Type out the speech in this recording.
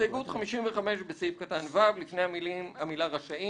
הסתייגות 55: בסעיף קטן (ו), לפני המילה "רשאים"